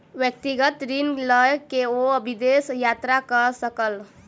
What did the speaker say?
व्यक्तिगत ऋण लय के ओ विदेश यात्रा कय सकला